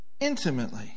intimately